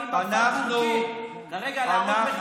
זה לא היה ימין.